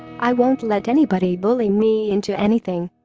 i won't let anybody bully me into anything.